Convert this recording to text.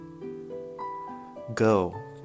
Go